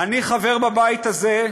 אני חבר בבית הזה,